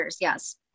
Yes